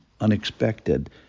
unexpected